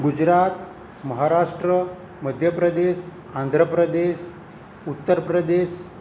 Gujarat Maharashtra Madhya Pradesh Andhra Pradesh Uttar Pradesh